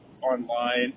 online